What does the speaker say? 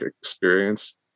experience